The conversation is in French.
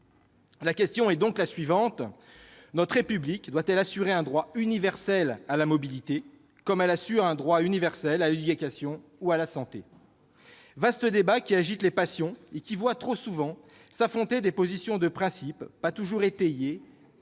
La question est donc la suivante : notre République doit-elle assurer un droit universel à la mobilité, comme elle assure un droit universel à l'éducation ou à la santé ? C'est un vaste débat qui agite les passions et qui voit trop souvent s'affronter des positions de principe, pas toujours étayées,